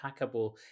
attackable